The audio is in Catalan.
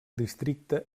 districte